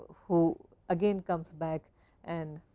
who again comes back and